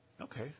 Okay